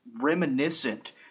reminiscent